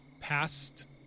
past